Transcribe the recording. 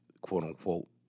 quote-unquote